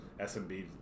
SMB